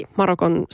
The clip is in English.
Marokon